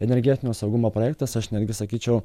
energetinio saugumo projektas aš netgi sakyčiau